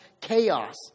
chaos